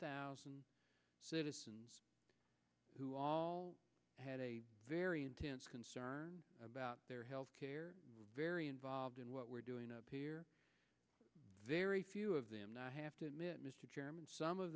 thousand citizens who all had a very intense concern about their health care very involved in what we're doing up here very few of them have to admit mr chairman some of